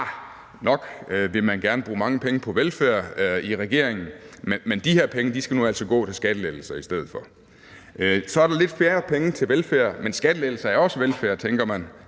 Arh, nok vil man gerne bruge mange penge på velfærd i regeringen, men de her penge skal nu altså gå til skattelettelser i stedet for. Så er der lidt færre penge til velfærd, men skattelettelser er også velfærd, tænker man